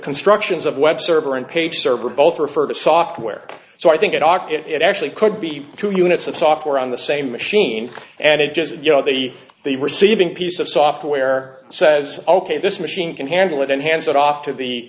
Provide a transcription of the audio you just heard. constructions of web server and page server both refer to software so i think it ought it actually could be two units of software on the same machine and it just you know the the receiving piece of software says ok this machine can handle it and hands it off to the